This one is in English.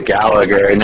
Gallagher